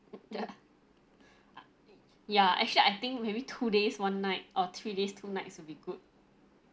ya ya actually I think maybe two days one night or three days two nights will be good